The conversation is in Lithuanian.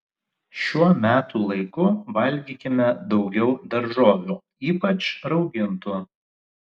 šiuo metų laiku valgykime daugiau daržovių ypač raugintų